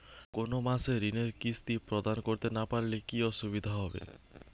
কোনো মাসে ঋণের কিস্তি প্রদান করতে না পারলে কি অসুবিধা হবে?